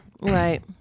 Right